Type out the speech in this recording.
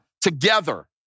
together